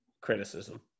criticism